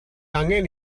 angen